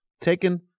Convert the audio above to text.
Taken